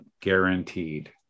guaranteed